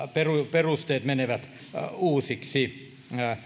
perusteet menevät uusiksi